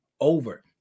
over